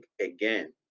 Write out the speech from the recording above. again